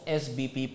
sbp